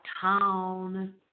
Town